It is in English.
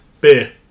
Beer